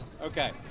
Okay